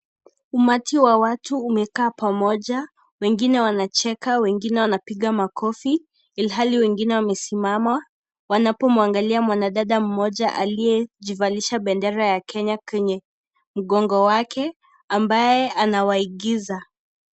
Umati wa watu umekaa pamoja, wengine wanacheka, wengine wanapiga makofi, ilhali wengine wamesimama, wanapomuangalia mwanadada mmoja aliyejivalisha bendera ya Kenya kwenye mgongo wake ambaye anawaigiza.